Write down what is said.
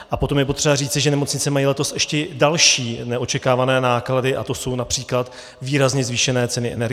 A potom je potřeba říci, že nemocnice mají letos ještě další neočekávané náklady, a to jsou například výrazně zvýšené ceny energií.